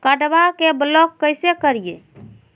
कार्डबा के ब्लॉक कैसे करिए?